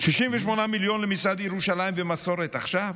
68 מיליון למשרד ירושלים ומסורת, עכשיו?